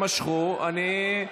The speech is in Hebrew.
ברגע שהם משכו, אני,